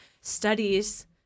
studies